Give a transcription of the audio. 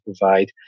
provide